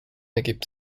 ergibt